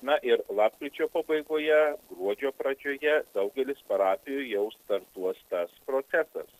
na ir lapkričio pabaigoje gruodžio pradžioje daugelis parapijų jau startuos tas procesas